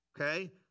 Okay